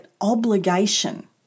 obligation